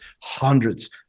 hundreds